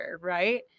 right